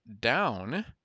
down